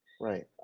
Right